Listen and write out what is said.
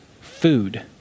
food